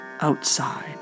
outside